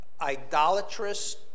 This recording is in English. idolatrous